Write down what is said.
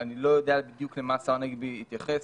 אני לא יודע בדיוק למה השר הנגבי התייחס.